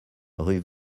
rue